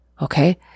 okay